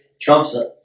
Trump's